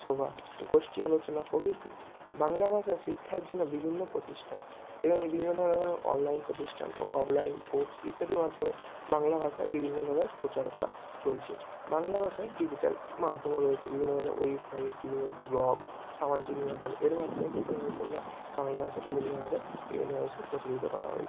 সভা গোষ্টি আলোচনা প্রভিতি বাংলা ভাষা শিক্ষার জন্য বিভিন্ন প্রতিষ্ঠান এরা বিভিন্ন ধরনের অনলাইন প্রতিষ্ঠান ও অফলাইন কোর্স ইত্যাদির মাধ্যমে বাংলা ভাষা বিভিন্নভাবে প্রচার করা চলছে বাংলা ভাষার ডিজিটাল মাধ্যমও রয়েচে বিভিন্ন ধরনের ওয়েবসাইট বিভিন্ন ব্লগ সামাজিক মাধ্যম এর মাধ্যমে কী করা হয়েছে না বাংলা ভাষা বিভিন্নভাবে বিভিন্ন মানুষকে প্রচলিত করা হয়েছে